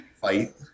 fight